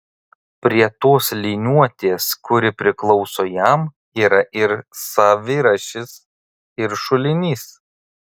prie tos liniuotės kuri priklauso jam yra ir savirašis ir šulinys